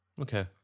Okay